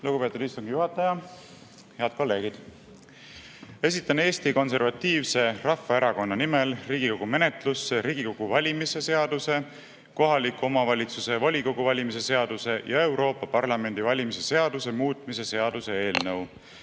Lugupeetud istungi juhataja! Head kolleegid! Esitan Eesti Konservatiivse Rahvaerakonna [fraktsiooni] nimel Riigikogu menetlusse Riigikogu valimise seaduse, kohaliku omavalitsuse volikogu valimise seaduse ja Euroopa Parlamendi valimise seaduse muutmise seaduse eelnõu,